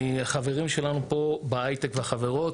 החברים שלנו פה בהייטק והחברות,